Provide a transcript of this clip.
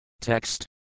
Text